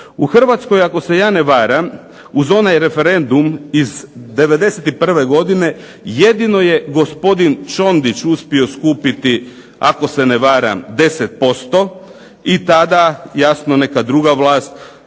U Hrvatskoj ako se ja ne varam, uz onaj referendum iz '91. godine, jedino je gospodin Čondić uspio skupiti ako se ne varam 10% i tada jasno neka druga vlast,